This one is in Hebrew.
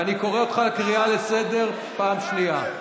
אני קורא אותך קריאה לסדר פעם שנייה.